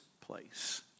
place